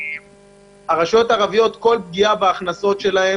הרשויות הערביות, כל פגיעה בהכנסות שלהן